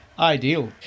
Ideal